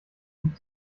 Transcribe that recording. gut